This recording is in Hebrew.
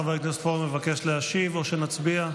חבר הכנסת פורר מבקש להשיב או שנצביע?